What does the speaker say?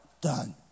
done